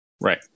Right